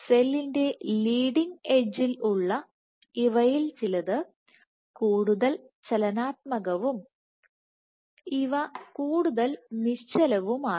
സെല്ലിന്റെ ലീഡിങ് എഡ്ജിൽ ഉള്ള ഇവയിൽ ചിലത് കൂടുതൽ ചലനാത്മകവും ഇവ കൂടുതൽ നിശ്ചലവുമാണ്